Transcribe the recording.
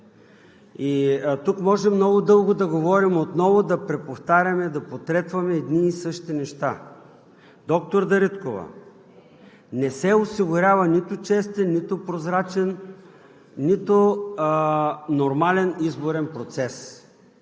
И тук може много дълго да говорим и отново да преповтаряме, да потретваме едни и същи неща. Доктор Дариткова, не се осигурява нито честен, нито прозрачен, нито нормален изборен процес.